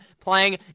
playing